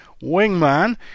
wingman